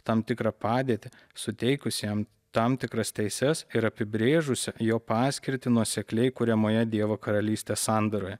tam tikrą padėtį suteikus jiem tam tikras teises ir apibrėžus jo paskirtį nuosekliai kuriamoje dievo karalystės sandoroje